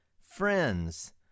Friends